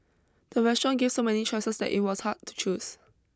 the restaurant gave so many choices that it was hard to choose